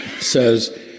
says